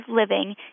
living